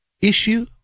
issue